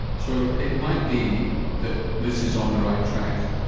so it might be that this is on the right track?